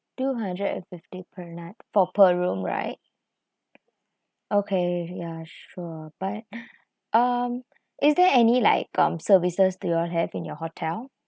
two hundred and fifty per night for per room right okay ya sure but um is there any like um services do you all have in your hotel